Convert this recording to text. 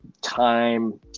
time